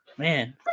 Man